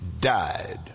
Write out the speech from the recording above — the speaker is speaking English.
died